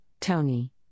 Tony